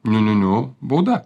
niu niu niu bauda